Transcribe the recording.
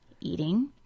eating